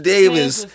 Davis